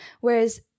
Whereas